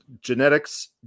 genetics